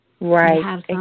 Right